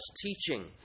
teaching